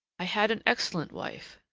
i had an excellent wife,